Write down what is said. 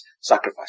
sacrifice